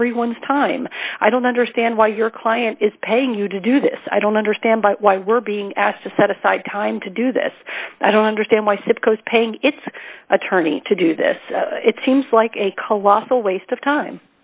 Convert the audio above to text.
everyone's time i don't understand why your client is paying you to do this i don't understand but why we're being asked to set aside time to do this i don't understand why supposed paying its attorney to do this it seems like a colossal waste of time